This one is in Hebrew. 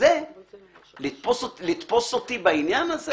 לתפוס אותי בעניין הזה